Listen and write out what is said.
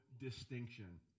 distinction